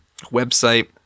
website